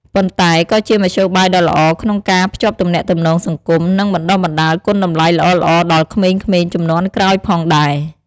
ប៉ុន្តែក៏ជាមធ្យោបាយដ៏ល្អក្នុងការភ្ជាប់ទំនាក់ទំនងសង្គម និងបណ្ដុះបណ្ដាលគុណតម្លៃល្អៗដល់ក្មេងៗជំនាន់ក្រោយផងដែរ។